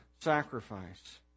sacrifice